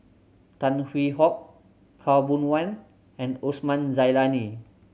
Tan Hwee Hock Khaw Boon Wan and Osman Zailani